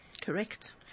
Correct